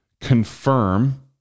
Confirm